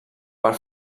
per